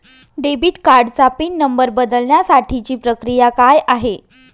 Debit कार्डचा PIN number बदलण्यासाठीची प्रक्रिया काय आहे?